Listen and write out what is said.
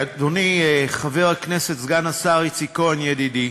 אדוני חבר הכנסת סגן השר איציק כהן ידידי,